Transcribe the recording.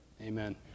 Amen